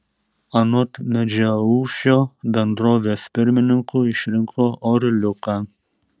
anot medžiaušio bendrovės pirmininku išrinko orliuką